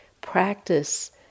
practice